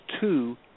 two